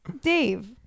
Dave